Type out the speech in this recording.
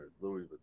Louis